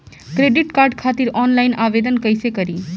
Credit card खातिर online आवेदन कइसे करि?